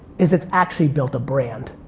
is it's actually built a brand.